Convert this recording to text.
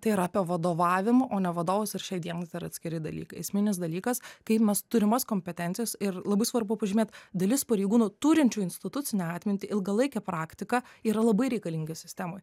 tai yra apie vadovavimą o ne vadovus ir šiai dienai tai yra atskiri dalykai esminis dalykas kaip mes turimas kompetencijas ir labai svarbu pažymėt dalis pareigūnų turinčių institucinę atmintį ilgalaikė praktika yra labai reikalingi sistemoj